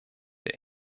der